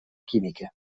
química